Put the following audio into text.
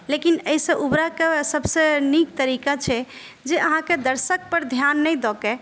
लेकिन एहिसँ उबरयके सभसँ नीक तरीका छै जे अहाँकेँ दर्शकपर ध्यान नहि दऽ के